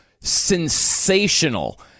sensational